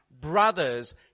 brothers